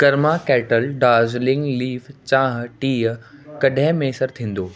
Karma kettle Darjeeling leaf चांहि tea कॾहिं मुयसरु थींदो